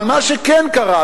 אבל מה שכן קרה,